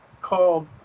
called